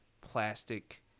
plastic